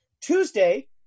Tuesday